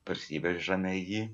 parsivežame jį